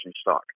stock